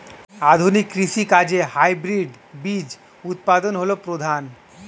আধুনিক কৃষি কাজে হাইব্রিড বীজ উৎপাদন হল প্রধান